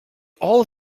all